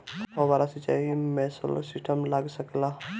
फौबारा सिचाई मै सोलर सिस्टम लाग सकेला?